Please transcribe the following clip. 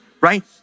right